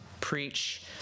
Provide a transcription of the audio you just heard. preach